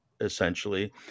essentially